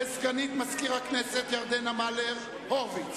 לסגנית מזכיר הכנסת ירדנה מלר-הורוביץ,